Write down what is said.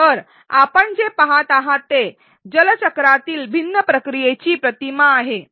तर आपण जे पहात आहात ते जलचक्रातील भिन्न प्रक्रियेची प्रतिमा आहे